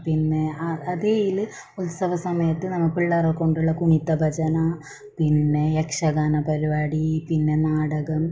പിന്നെ ആ അതേ ഇതിൽ ഉത്സവ സമയത്ത് നമ്മൾ പിള്ളേരെ കൊണ്ടുള്ള കുമിത്ത ഭജന പിന്നെ യക്ഷഗാന പരിപാടി പിന്നെ നാടകം